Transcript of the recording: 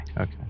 Okay